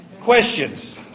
Questions